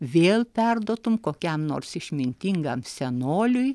vėl perduotum kokiam nors išmintingam senoliui